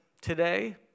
today